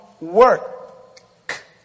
work